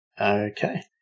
Okay